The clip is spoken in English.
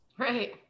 Right